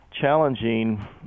Challenging